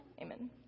Amen